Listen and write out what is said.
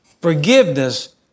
Forgiveness